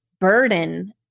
burden